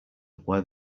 where